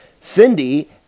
Cindy